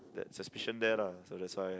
that suspicion there lah so that's why